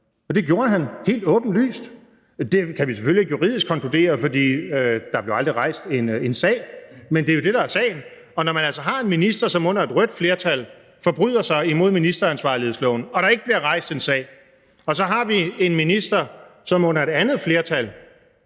men det gjorde han helt åbenlyst. Det kan vi selvfølgelig ikke juridisk konkludere, for der blev aldrig rejst en sag, men det er jo det, der er sagen. Og når man har en minister, som altså under et rødt flertal forbryder sig imod ministeransvarlighedsloven, men hvor der ikke bliver rejst en sag, og når man så har en minister, som under et andet flertal